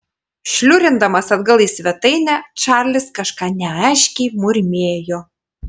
šliurindamas atgal į svetainę čarlis kažką neaiškiai murmėjo